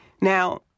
Now